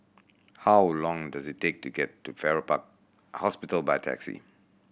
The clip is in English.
how long does it take to get to Farrer Park Hospital by taxi